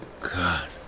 God